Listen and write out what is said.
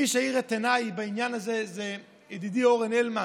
מי שהאיר את עיניי בעניין הזה זה ידידי אורן הלמן,